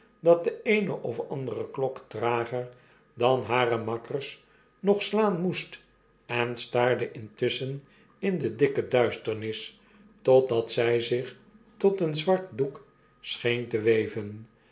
dat de eene of andere klok trager dan hare makkers nog slaan moest en staarde intusschen in de dikke duisternis totdat zg zich tot een zwart doek scheen te weven